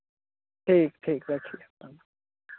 ठीक ठीक रखिए प्रणाम